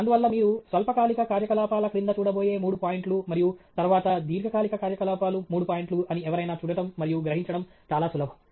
అందువల్ల మీరు స్వల్పకాలిక కార్యకలాపాల క్రింద చూడబోయే మూడు పాయింట్లు మరియు తరువాత దీర్ఘకాలిక కార్యకలాపాలు మూడు పాయింట్లు అని ఎవరైనా చూడటం మరియు గ్రహించడం చాలా సులభం